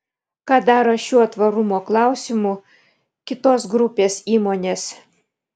ką daro šiuo tvarumo klausimu kitos grupės įmonės